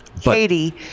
Katie